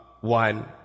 one